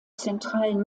zentralen